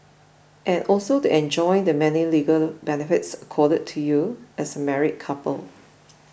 and also to enjoy the many legal benefits accorded to you as a married couple